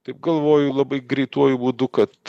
taip galvoju labai greituoju būdu kad